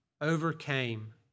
overcame